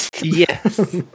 Yes